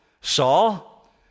Saul